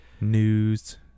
News